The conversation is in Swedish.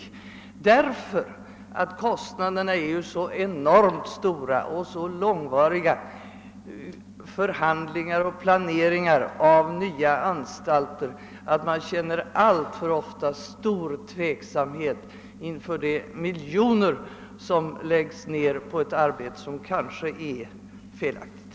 Kostnaderna är ju så enormt stora och det är så långvariga förhandlingar och en så ingående planering som föregår uppförandet av nya anstalter, att man alltför ofta känner stor tveksamhet inför de miljonbelopp som läggs ned på något som kanske är felaktigt.